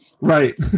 Right